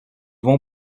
vont